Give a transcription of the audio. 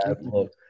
look